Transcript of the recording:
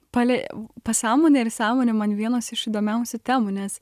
pale pasąmonę ir sąmonę man vienos iš įdomiausių temų nes